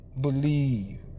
believe